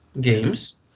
games